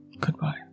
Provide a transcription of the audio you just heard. Goodbye